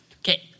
Okay